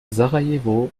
sarajevo